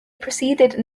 proceeded